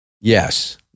Yes